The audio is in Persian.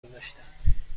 گذاشتم